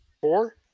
four